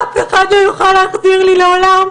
אף אחד לא יוכל להחזיר לי לעולם.